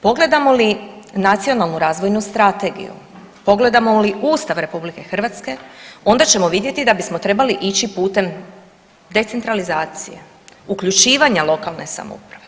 Pogledamo li Nacionalnu razvojnu strategiju, pogledamo li Ustav RH onda ćemo vidjeti da bismo trebali ići putem decentralizacije, uključivanja lokalne samouprave.